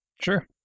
Sure